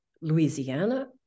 Louisiana